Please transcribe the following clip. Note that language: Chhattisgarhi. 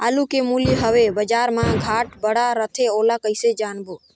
आलू के मूल्य हवे बजार मा घाट बढ़ा रथे ओला कइसे जानबो?